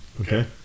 Okay